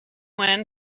when